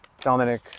Dominic